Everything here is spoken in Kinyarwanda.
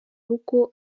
rugo